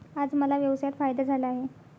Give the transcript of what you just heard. आज मला व्यवसायात फायदा झाला आहे